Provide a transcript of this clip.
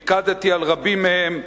פיקדתי על רבים מהם,